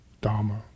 dharma